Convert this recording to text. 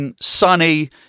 sunny